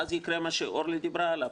ואז יקרה מה שאורלי דיברה עליו,